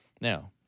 Now